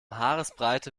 haaresbreite